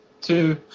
Two